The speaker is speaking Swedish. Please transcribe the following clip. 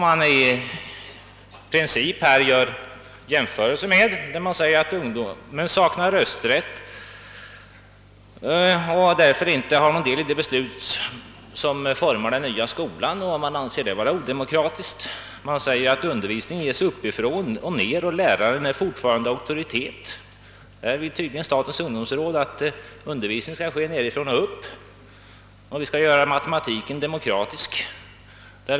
Man säger att ungdomen saknar rösträtt och därför inte har kunnat påverka de beslut som format den nya skolan, vilket man tydligen anser odemokratiskt. Man framhåller vidare att undervisningen i skolan ges uppifrån och ner och att läraren fortfarande är en auktoritet. Statens ungdomsråd tycks önska att undervisningen skall ges nerifrån och upp och att vi skall göra t.o.m. undervisningen i matematik demokratisk.